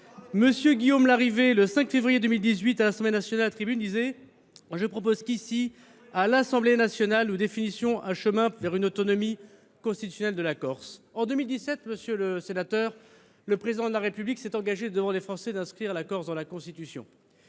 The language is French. M. Guillaume Larrivé, le 5 février 2018, à la tribune de l’Assemblée nationale, déclarait :« Je propose qu’ici, à l’Assemblée nationale, nous définissions un chemin vers une autonomie constitutionnelle de la Corse. » En 2017, monsieur le sénateur, le Président de la République s’est engagé devant les Français à inscrire la Corse dans la Constitution.